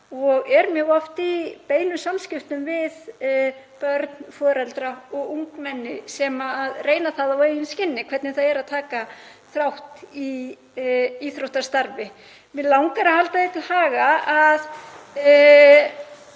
og er mjög oft í beinum samskiptum við börn, foreldra og ungmenni sem reyna það á eigin skinni hvernig það er að taka þátt í íþróttastarfi. Mig langar líka að halda því til haga að